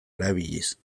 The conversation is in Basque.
erabiliz